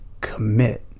commit